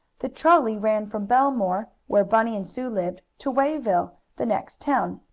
the trolley ran from bellemere, where bunny and sue lived, to wayville, the next town.